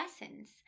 lessons